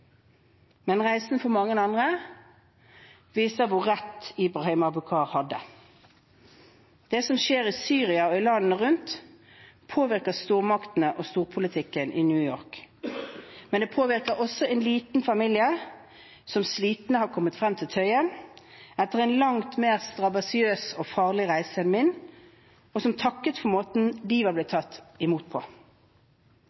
Men reisen for mange andre viser hvor rett Ibrahim Abukar hadde. Det som skjer i Syria og i landene rundt, påvirker stormaktene og storpolitikken i New York. Men det påvirker også en liten familie som slitne har kommet frem til Tøyen etter en langt mer strabasiøs og farlig reise enn min, og som takket for måten de var blitt tatt imot på.